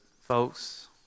folks